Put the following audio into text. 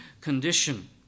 condition